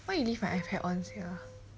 why you leave my ipad on sia